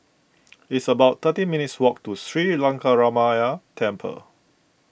it's about thirteen minutes' walk to Sri Lankaramaya Temple